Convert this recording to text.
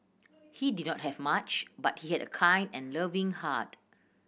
he did not have much but he had a kind and loving heart